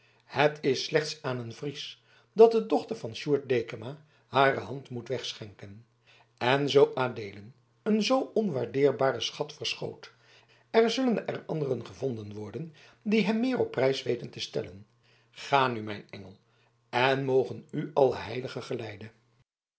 het is slechts aan een fries dat de dochter van sjoerd dekama hare hand moet wegschenken en zoo adeelen een zoo onwaardeerbaren schat verstoot er zullen er anderen gevonden worden die hem meer op prijs weten te stellen ga nu mijn engel en mogen u alle heiligen geleiden